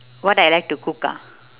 what I like to cook ah